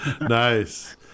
nice